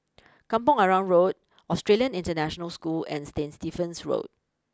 Kampong Arang Road Australian International School and Saint Stephen's School